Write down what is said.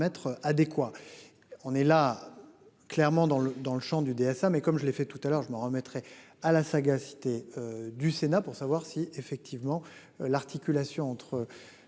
On est là. Clairement dans le dans le Champ du DSA mais comme je l'ai fait tout à l'heure je m'en remettrai à la sagacité du Sénat pour savoir si effectivement l'articulation entre